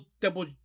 double